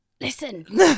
Listen